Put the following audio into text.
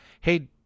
Hey